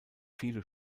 viele